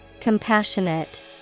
Compassionate